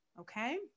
okay